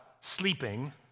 sleeping